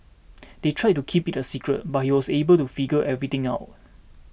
they tried to keep it a secret but he was able to figure everything out